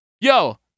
Yo